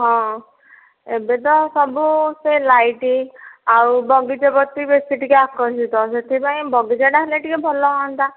ହଁ ଏବେ ତ ସବୁ ସେ ଲାଇଟ ଆଉ ବଗିଚା ପ୍ରତି ବେଶି ଟିକେ ଆକର୍ଷିତ ସେଥିପାଇଁ ବଗିଚାଟା ହେଲେ ଟିକେ ଭଲ ହୁଅନ୍ତା